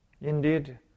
Indeed